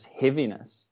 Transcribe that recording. heaviness